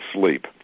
sleep